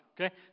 Okay